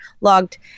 logged